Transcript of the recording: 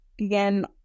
again